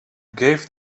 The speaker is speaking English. gave